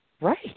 right